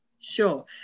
sure